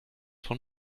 von